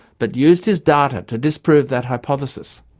but used his data to disprove that hypothesis.